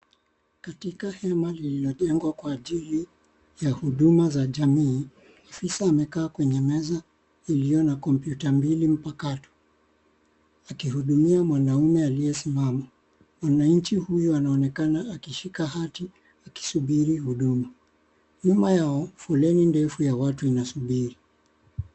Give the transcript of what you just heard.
Katika hema lililojengwa kwa ajili ya huduma za jamii, afisa amekaa kwenye meza iliyo na kompyuta mbili mpakato. Akihudumia mwanaume aliyesimama. Mwanachi huyo anaonekana akishika hati akisubiri huduma . Nyuma yao foleni ndefu ya watu inasubiri.